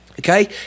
Okay